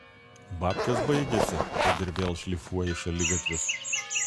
babkės baigėsi kad ir vėl šlifuoji šaligatvius